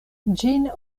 ĝin